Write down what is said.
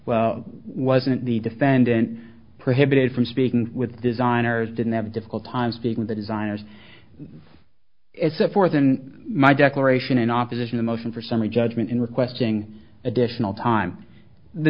well wasn't the defendant prohibited from speaking with designers didn't have a difficult time speaking the designers it's a fourth in my declaration in opposition a motion for summary judgment in requesting additional time the